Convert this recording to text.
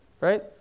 Right